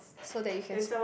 so that you can